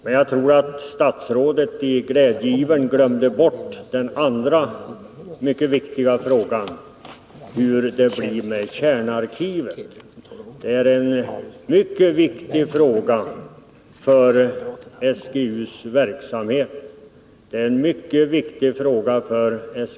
Men jag tror att statsrådet i glädjeyran glömde bort den andra mycket viktiga frågan, nämligen hur det blir med borrkärnarkivet. Det är en mycket viktig fråga för SGU-arbetet uppe i Malå.